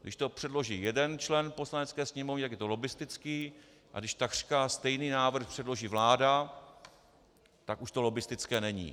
Když to předloží jeden člen Poslanecké sněmovně, tak je lobbistický, a když takřka stejný návrh předloží vláda, tak už to lobbistické není.